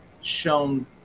shown